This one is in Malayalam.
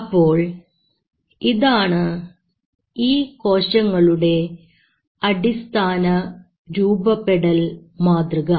അപ്പോൾ ഇതാണ് ഈ കോശങ്ങളുടെ അടിസ്ഥാന രൂപപ്പെടൽ മാതൃക